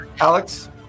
Alex